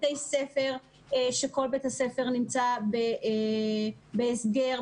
בית ספר שכולו נמצא בהסגר,